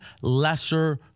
lesser